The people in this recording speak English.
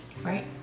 right